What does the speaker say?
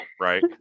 Right